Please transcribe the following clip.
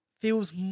feels